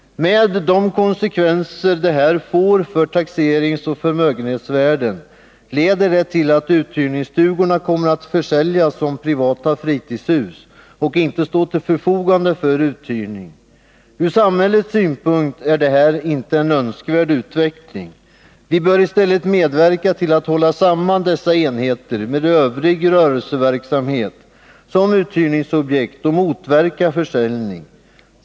De konsekvenser detta får för taxeringsoch förmögenhetsvärden leder till att uthyrningsstugorna kommer att försäljas som privata fritidshus och inte stå till förfogande för uthyrning. Ur samhällets synpunkt är detta inte en önskvärd utveckling. Vi bör i stället medverka till att hålla samman dessa enheter med övrig rörelseverksamhet som uthyrningsobjekt och motverka försäljning.